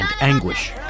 anguish